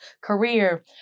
career